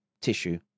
tissue